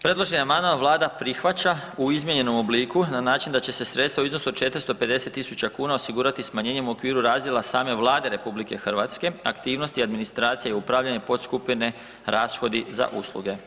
Predloženi amandman Vlada prihvaća u izmijenjenom obliku na način da će se sredstva u iznosu od 450.000 kuna osigurati smanjenjem u okviru razdjela same Vlade RH, aktivnosti administracije i upravljanje podskupine rashodi za usluge.